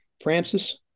Francis